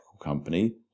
company